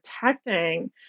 protecting